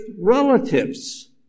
relatives